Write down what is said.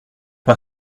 pas